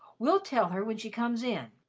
we'll tell her when she comes in.